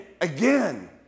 again